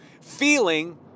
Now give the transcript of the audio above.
feeling